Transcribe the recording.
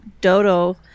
Dodo